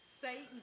Satan